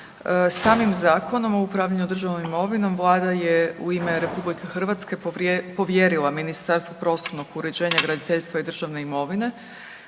Samim Zakonom o upravljanju državnom imovinom vlada je u ime RH povjerila Ministarstvu prostornog uređenja, graditeljstva i državne imovine